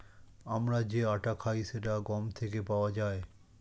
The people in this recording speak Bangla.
আমরা যে আটা খাই সেটা গম থেকে পাওয়া যায়